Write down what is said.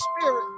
spirit